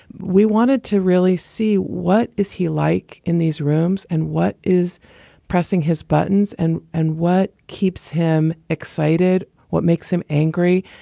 we wanted to really see what is he like in these rooms and what is pressing his buttons and and what keeps him excited. what makes him angry?